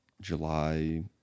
July